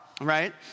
right